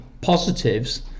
positives